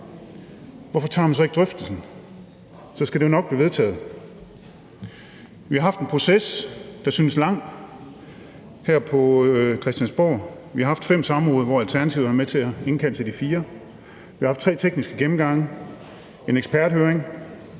hvorfor tager man så ikke drøftelsen? Så skal det jo nok blive vedtaget. Vi har haft en proces, der synes lang, her på Christiansborg. Vi har haft fem samråd, hvor Alternativet har været med til at indkalde til de fire. Vi har haft tre tekniske gennemgange, en eksperthøring,